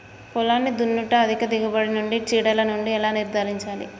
పొలాన్ని దున్నుట అధిక దిగుబడి నుండి చీడలను ఎలా నిర్ధారించాలి?